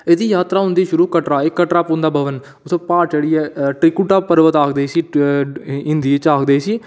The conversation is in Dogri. एह् जी जात्तरा होंदी शुरू कटरा कटरा उं'दा भवन प्हाड़ चढ़ियै त्रिकुटा पर्वत आखदे इसी हिंदी च आखदे इसी